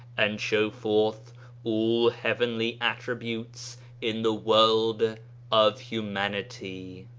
and show forth all heavenly attributes in the world of humanity.